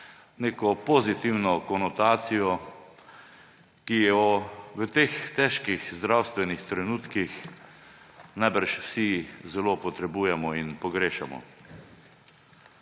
neko pozitivno konotacijo, ki jo v teh težkih zdravstvenih trenutkih verjetno vsi zelo potrebujemo in pogrešamo.